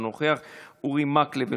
אינו נוכח,